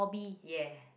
ya